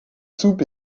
soupe